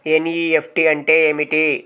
NEFT అంటే ఏమిటి?